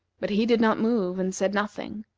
but he did not move, and said nothing.